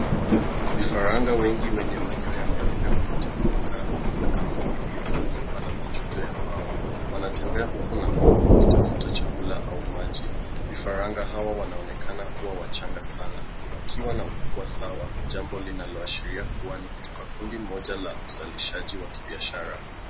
Vifaranga wengi wenye manyoya meupe wametapakaa kwenye sakafu iliyofunikwa na machujo ya mbao. Wanatembea huku na huku wakitafuta chakula au maji. Vifaranga hawa wanaonekana kuwa wachanga sana wakiwa na ukubwa sawa, jambo linaloashiria kuwa ni kutoka kundi moja la uzalishaji wa kibiashara.